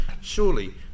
surely